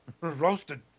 Roasted